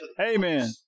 Amen